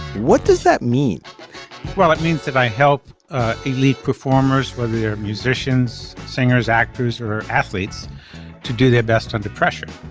what does that mean well it means that i help elite performers whether they're musicians singers actors or athletes to do their best under pressure.